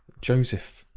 Joseph